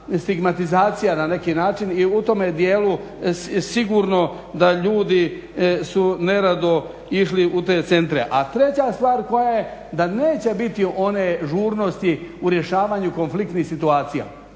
stigmatizacija na neki način i u tome dijelu sigurno da ljudi nerado išli u te centre. A treća stvar koja je, da neće biti one žurnosti u rješavanju konfliktnih situacija,